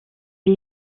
est